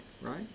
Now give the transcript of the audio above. right